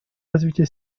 развитие